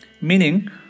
meaning